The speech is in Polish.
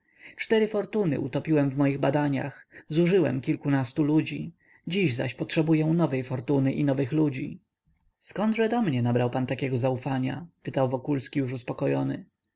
cztery fortuny utopiłem w moich badaniach zużyłem kilkunastu ludzi dziś zaś potrzebuję nowej fortuny i nowych ludzi zkądże do mnie nabrał pan takiego zaufania pytał wokulski już uspokojony